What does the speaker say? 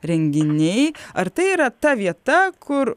renginiai ar tai yra ta vieta kur